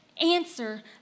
answer